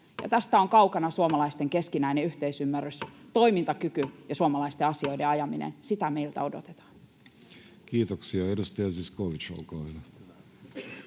tästä on kaukana suomalaisten keskinäinen yhteisymmärrys, toimintakyky ja suomalaisten asioiden ajaminen. Sitä meiltä odotetaan. [Speech 65] Speaker: Jussi Halla-aho Party: